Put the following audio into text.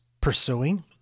pursuing